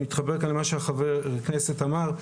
אני מתחבר כאן למה שחבר הכנסת אמר,